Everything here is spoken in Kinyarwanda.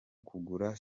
kugura